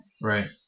right